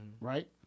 right